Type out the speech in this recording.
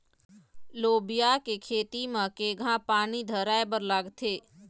लोबिया के खेती म केघा पानी धराएबर लागथे?